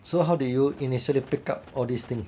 so how did you initially pick up all this thing